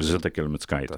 zita kelmickaitė